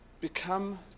Become